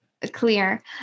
clear